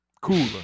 cooler